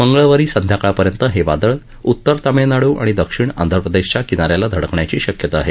मंगळवारी संध्याकाळपर्यंत हे वादळ उत्तर तामिळनाडू आणि दक्षिण आंध्रप्रदेशच्या किना याला धडकण्याची शक्यता आहे